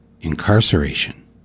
incarceration